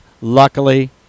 luckily